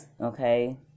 okay